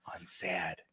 Unsad